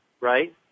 right